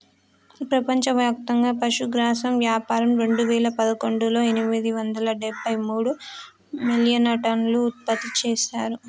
ప్రపంచవ్యాప్తంగా పశుగ్రాసం వ్యాపారం రెండువేల పదకొండులో ఎనిమిది వందల డెబ్బై మూడు మిలియన్టన్నులు ఉత్పత్తి చేశారు